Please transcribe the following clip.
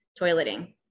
toileting